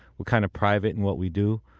we're kind of private in what we do.